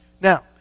Now